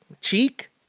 Cheek